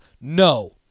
No